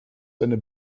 seine